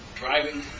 driving